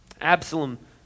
Absalom